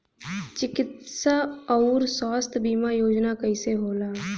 चिकित्सा आऊर स्वास्थ्य बीमा योजना कैसे होला?